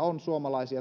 on